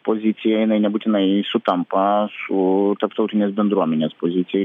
pozicija jinai nebūtinai sutampa su tarptautinės bendruomenės pozicija